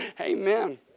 Amen